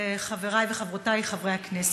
חברי וחברותי חברי הכנסת,